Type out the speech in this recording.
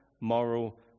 moral